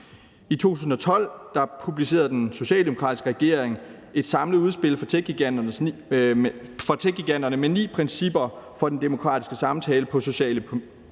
I 2021 publicerede den socialdemokratiske regering et samlet udspil for techgiganterne med ni principper for den demokratiske samtale på sociale